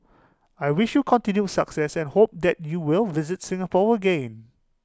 I wish you continued success and hope that you will visit Singapore again